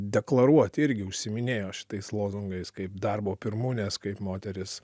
deklaruoti irgi užsiiminėjo šitais lozungais kaip darbo pirmūnės kaip moterys